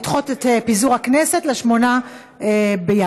ולדחות את פיזור הכנסת ל-8 בינואר.